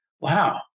wow